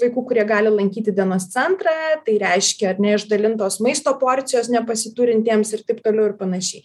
vaikų kurie gali lankyti dienos centrą tai reiškia ar ne išdalintos maisto porcijos nepasiturintiems ir taip toliau ir panašiai